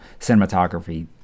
cinematography